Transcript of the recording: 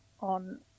on